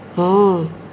ହଁ